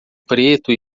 preto